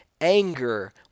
Anger